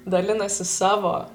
dalinasi savo